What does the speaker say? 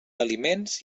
aliments